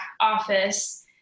office